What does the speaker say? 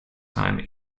time